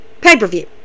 pay-per-view